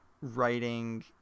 writing